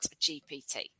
GPT